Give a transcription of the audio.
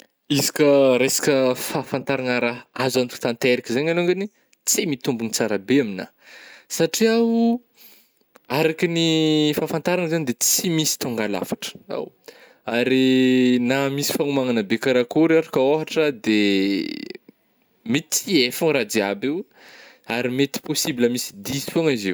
Izy ka resaka fahafantaragna raha azo antoka tanteraka zegny alôngany, tsy mitombigna tsara be aminah, satria o, arakigny fahafatragna zany de tsy misy tonga lafatra, ao, ary na misy fagnomagnana be karakory ary ka ôhatra de mety tsy hay fôgna raha jiaby io ary mety possible misy diso fôgna izy io.